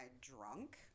drunk